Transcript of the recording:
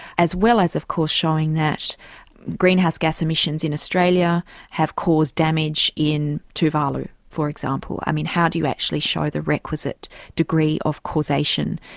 as well as of course showing that greenhouse gas emissions in australia have caused damage in tuvalu, for example. i mean, how do you actually show the requisite degree of causation?